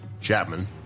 Chapman